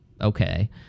okay